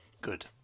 Good